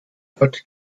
gott